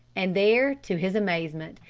and there, to his amazement,